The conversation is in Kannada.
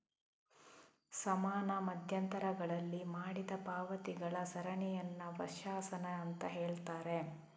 ಸಮಾನ ಮಧ್ಯಂತರಗಳಲ್ಲಿ ಮಾಡಿದ ಪಾವತಿಗಳ ಸರಣಿಯನ್ನ ವರ್ಷಾಶನ ಅಂತ ಹೇಳ್ತಾರೆ